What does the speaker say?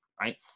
right